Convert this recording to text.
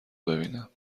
ببینم